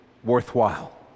worthwhile